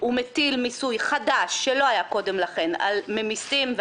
הוא מטיל מיסוי חדש שלא היה קודם לכן על ממסים,